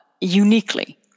uniquely